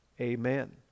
Amen